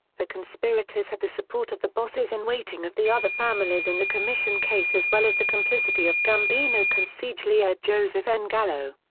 the conspirators had the support of the bosses-in-waiting of the other families in the commission case as well as the complicity of gambino consigliere joseph n. gallo.